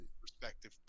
perspective